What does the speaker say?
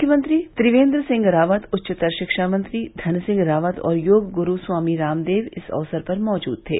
मुख्यमंत्री त्रिवेन्द्र सिंह रावत उच्चतर शिक्षा मंत्री धनसिंह रावत और योग गुरू स्वामी रामदेव इस अवसर पर मौजूद थे